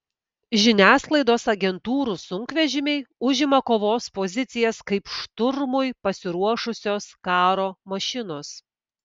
žiniasklaidos agentūrų sunkvežimiai užima kovos pozicijas kaip šturmui pasiruošusios karo mašinos